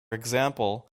example